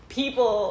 people